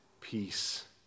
peace